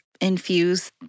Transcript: infuse